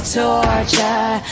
torture